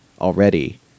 already